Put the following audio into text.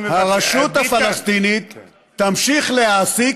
הרשות הפלסטינית תמשיך להעסיק,